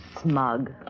smug